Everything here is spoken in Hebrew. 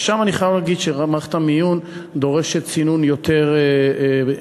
ושם אני חייב להגיד שמערכת המיון דורשת סינון יותר פרטני.